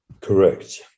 Correct